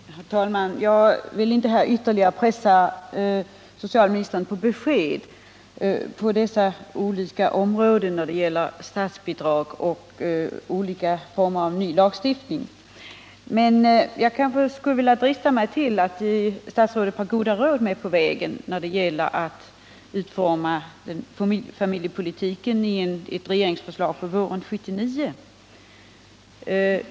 Herr talman! Jag vill inte här ytterligare pressa socialministern på besked om statsbidrag och olika former av ny lagstiftning på dessa områden. Men jag kanske dristar mig att ge statsrådet ett par goda råd med på vägen när han skall utforma familjepolitiken i ett regeringsförslag på våren 1979.